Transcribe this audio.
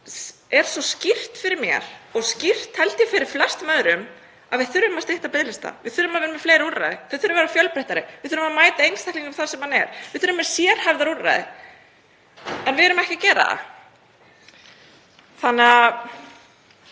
er svo skýrt fyrir mér og skýrt, held ég, fyrir flestum öðrum. Við þurfum að stytta biðlista. Við þurfum að vera með fleiri úrræði og þau þurfa að vera fjölbreyttari. Við þurfum að mæta einstaklingnum þar sem hann er. Við þurfum að vera með sérhæfðari úrræði. En við erum ekki að gera það. En